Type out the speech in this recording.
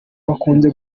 bakunze